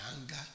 anger